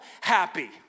happy